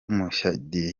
mushayidi